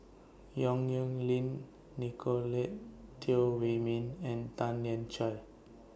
Yong Nyuk Lin Nicolette Teo Wei Min and Tan Lian Chye